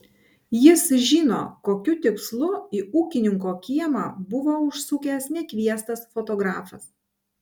jis žino kokiu tikslu į ūkininko kiemą buvo užsukęs nekviestas fotografas